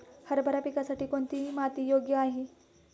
हरभरा पिकासाठी कोणती माती योग्य आहे?